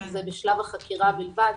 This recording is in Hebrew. זה בשלב החקירה בלבד,